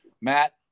Matt